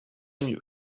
mieux